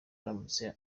aramutse